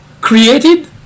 created